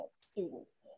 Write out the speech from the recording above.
students